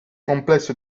complesso